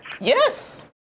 Yes